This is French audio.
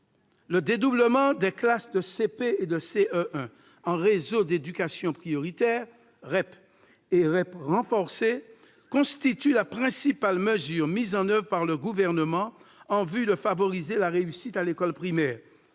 Le dédoublement des classes de CP et de CE1 en réseau d'éducation prioritaire- REP et REP renforcé -constitue la principale mesure mise en oeuvre par le Gouvernement en vue de favoriser la réussite à l'école primaire.